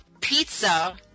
pizza